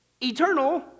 eternal